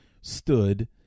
stood